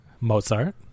Mozart